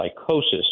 psychosis